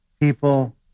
people